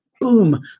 boom